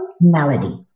Melody